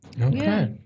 Okay